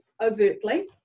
overtly